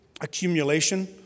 Accumulation